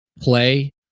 play